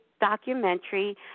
documentary